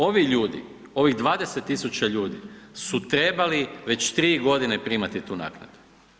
Ovi ljudi, ovih 20 tisuća ljudi su trebali već 3 godine primati tu naknadu.